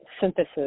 synthesis